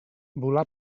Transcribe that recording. volà